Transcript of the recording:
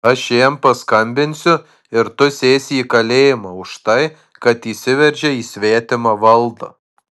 aš jam paskambinsiu ir tu sėsi į kalėjimą už tai kad įsiveržei į svetimą valdą